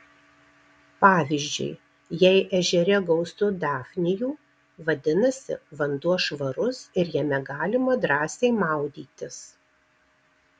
pavyzdžiui jei ežere gausu dafnijų vadinasi vanduo švarus ir jame galima drąsiai maudytis